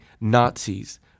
Nazis